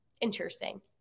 Interesting